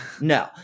No